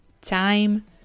time